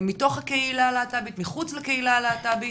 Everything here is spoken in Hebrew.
מתוך הקהילה הלהט"בית, מחוץ לקהילה הלהט"בית,